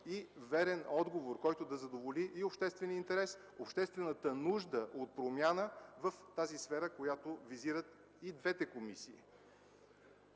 и верен отговор, който да задоволи обществения интерес, обществената нужда от промяна в тази сфера, която визират и двете комисии.